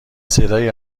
صدایی